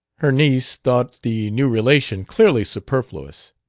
her niece thought the new relation clearly superfluous.